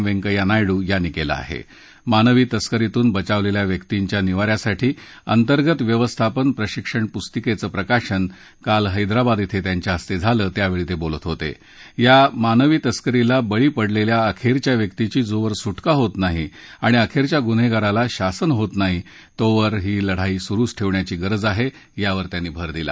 वेंकय्या नायडू यांनी कलि आह भानवी तस्करीतून बचावलखिा व्यक्तींच्या निवा यांसाठी अंतर्गत व्यवस्थापन प्रशिक्षण पुस्तिकच्च प्रकाशन काल हैदराबाद इथं त्यांच्याहस्तझालं त्यावळी त्वीलत होतआ मानवी तस्करीला बळी पडलख्या अखख्या व्यक्तीचीजोवर सुटका होत नाही आणि अखख्या गुन्हाराला शासन होत नाही तोवर ही लढाई सुरुच ठष्णियाची गरज आह खावर त्यांनी भर दिला